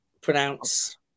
pronounce